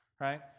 right